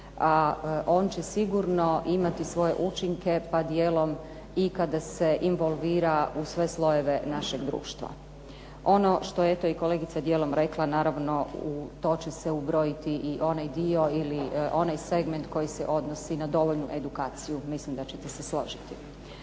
a on će sigurno imati svoje učinke, pa dijelom i kada se involvira u sve slojeve našeg društva. Ono što je eto i kolegica rekla naravno u to će se ubrojiti i onaj dio ili onaj segment koji se odnosi na dovoljnu edukaciju, mislim da ćete se složiti.